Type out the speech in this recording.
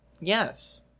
yes